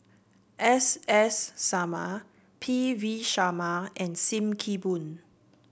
S S Sarma P V Sharma and Sim Kee Boon